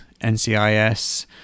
NCIS